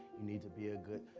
you need to be a good